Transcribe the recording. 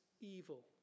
evil